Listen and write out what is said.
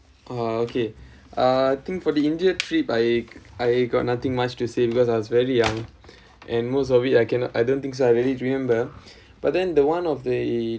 uh okay uh I think for the indian trip I I got nothing much to say because I was very young and most of it I cannot I don't think so I really remember but then the one of the